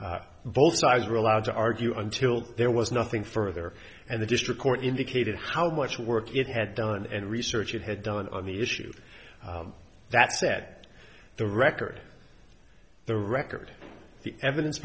both sides were allowed to argue until there was nothing further and the district court indicated how much work it had done and research it had done on the issue that set the record the record the evidence